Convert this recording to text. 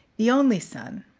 the only son.